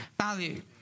value